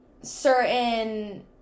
certain